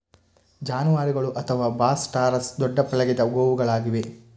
ಜಾನುವಾರುಗಳು ಅಥವಾ ಬಾಸ್ ಟಾರಸ್ ದೊಡ್ಡ ಪಳಗಿದ ಗೋವುಗಳಾಗಿವೆ